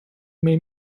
may